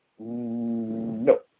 No